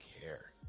care